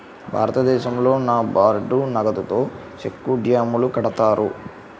భారతదేశంలో నాబార్డు నగదుతో సెక్కు డ్యాములు కడతారు